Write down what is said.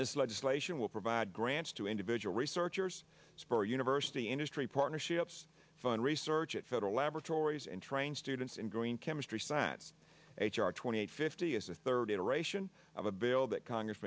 this legislation will provide grants to individual researchers spur university industry partnerships fund research at federal laboratories and train students in growing chemistry science h r twenty eight fifty is the third iteration of a bill that congress